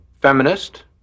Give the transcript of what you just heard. feminist